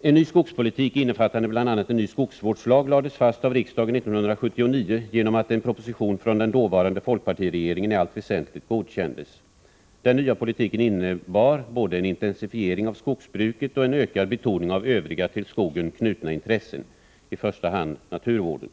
En ny skogspolitik — innefattande bl.a. en ny skogsvårdslag — lades fast av riksdagen 1979 genom att en proposition från den dåvarande folkpartiregeringen i allt väsentligt godkändes. Den nya politiken innebar både en intensifiering av skogsbruket och en ökad betoning av övriga till skogen knutna intressen, i första hand naturvården.